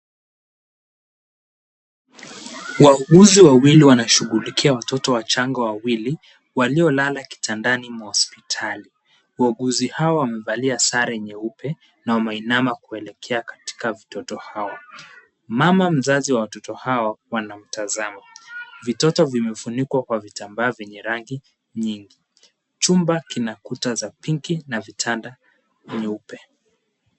Wauguzi wa wili wanashughulikia watoto wachanga wawili, walio lala kitandani mwa hospitali. Uaguzi hao wamebalia sare nyeupe, na wamainama kuelekea katika vitoto hawa. Mama mzazi wa watoto hawa kuwa na mtazamo: vitoto vimefunikwa kwa vitambaa vyenye rangi, nyingi. Chumba kinakuta zapinki na vitanda, nyeupe.